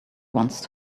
once